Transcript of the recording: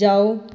ਜਾਓ